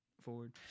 forward